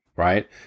Right